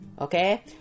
okay